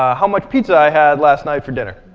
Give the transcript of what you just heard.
ah how much pizza i had last night for dinner.